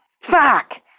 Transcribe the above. Fuck